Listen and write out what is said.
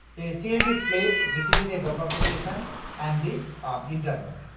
a shield is placed between a web application and the internet,